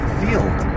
field